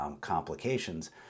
complications